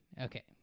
Okay